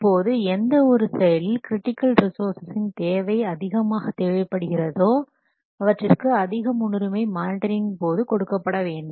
இப்போது எந்த ஒரு செயலில் கிரிட்டிக்கல் ரிசோர்ஸின் தேவை அதிகமாக தேவைப்படுகிறதோ அவற்றிற்கு அதிக முன்னுரிமை மானிட்டரிங் போது கொடுக்கப்பட வேண்டும்